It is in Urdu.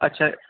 اچھا